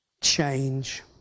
change